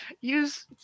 Use